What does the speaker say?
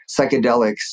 psychedelics